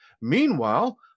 Meanwhile